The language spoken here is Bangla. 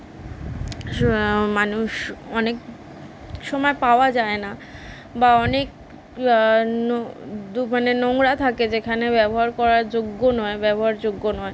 মানুষ অনেক সময় পাওয়া যায় না বা অনেক নো দু মানে নোংরা থাকে যেখানে ব্যবহার করার যোগ্য নয় ব্যবহারযোগ্য নয়